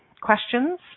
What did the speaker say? questions